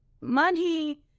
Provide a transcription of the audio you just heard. money